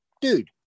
Dude